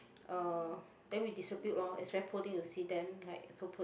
uh then we distribute lor it's very poor thing to see them like so poor